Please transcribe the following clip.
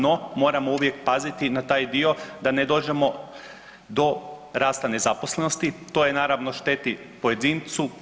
No, moramo uvijek paziti na taj dio da ne dođemo do rasta nezaposlenosti, to naravno šteti pojedincu.